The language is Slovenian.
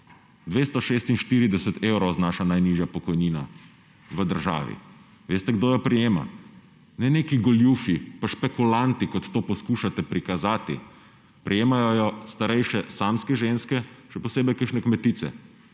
246 evrov znaša najnižja pokojnina v državi. Veste, kdo jo prejema? Ne neki goljufi in špekulanti, kot to poskušate prikazati, prejemajo jo starejše samske ženske, še posebej kakšne kmetice,